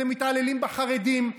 אתם מתעללים בחרדים,